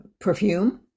perfume